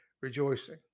rejoicing